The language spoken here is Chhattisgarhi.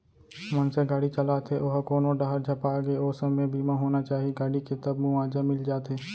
मनसे गाड़ी चलात हे ओहा कोनो डाहर झपागे ओ समे बीमा होना चाही गाड़ी के तब मुवाजा मिल जाथे